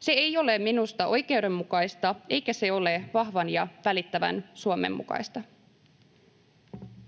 Se ei ole minusta oikeudenmukaista, eikä se ole vahvan ja välittävän Suomen mukaista.